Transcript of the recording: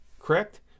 Correct